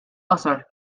qosor